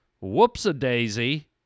Whoops-a-daisy